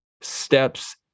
steps